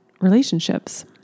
relationships